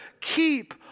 keep